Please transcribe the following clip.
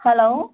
hello